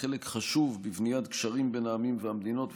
חלק חשוב בבניית גשרים בין העמים והמדינות,